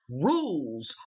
rules